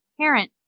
parent